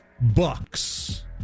Bucks